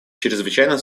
чрезвычайно